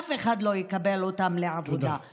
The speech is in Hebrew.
שאף אחד לא יקבל אותן לעבודה.